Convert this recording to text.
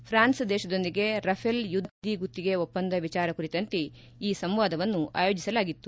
France ದೇಶದೊಂದಿಗೆ Rafale ಯುದ್ಧ ವಿಮಾನ ಖರೀದಿ ಗುತ್ತಿಗೆ ಒಪ್ಪಂದ ವಿಚಾರ ಕುರಿತಂತೆ ಈ ಸಂವಾದವನ್ನು ಆಯೋಜಿಸಲಾಗಿತ್ತು